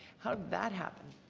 how did that happen?